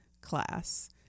class